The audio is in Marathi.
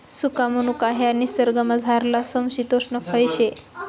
सुका मनुका ह्या निसर्गमझारलं समशितोष्ण फय शे